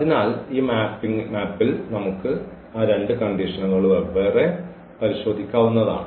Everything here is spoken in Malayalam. അതിനാൽ ഈ മാപ്പിൽ നമുക്ക് ആ 2 കണ്ടീഷനുകൾ വെവ്വേറെ പരിശോധിക്കാവുന്നതാണ്